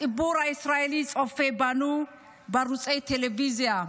הציבור הישראלי צופה בנו בערוצי הטלוויזיה,